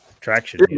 traction